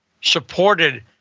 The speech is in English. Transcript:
supported